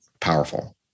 powerful